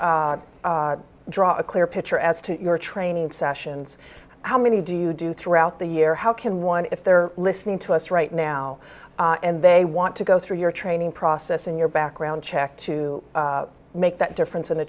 just draw a clear picture as to your training sessions how many do you do throughout the year how can one if they're listening to us right now and they want to go through your training process and your background check to make that difference in